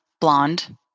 blonde